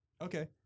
Okay